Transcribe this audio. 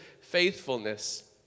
faithfulness